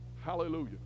hallelujah